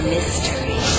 Mystery